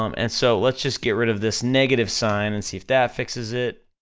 um and so, let's just get rid of this negative sign and see if that fixes it,